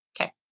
Okay